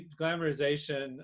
glamorization